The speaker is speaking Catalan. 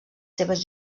seves